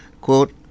Quote